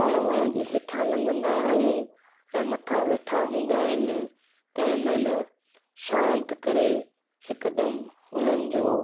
पाण वण जे हेठां लघंदा आहियूं ऐं मथां वेठां हूंदा आहिनि तंहिं महिल शांति करे हिकदमि उन्हनि जो